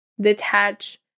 detach